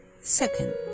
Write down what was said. Second